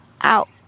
out